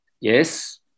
Yes